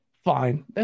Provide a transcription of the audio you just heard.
fine